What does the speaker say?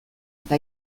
eta